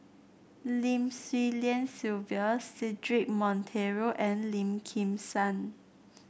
Lim Swee Lian Sylvia Cedric Monteiro and Lim Kim San